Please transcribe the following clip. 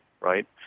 right